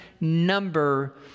number